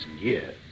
years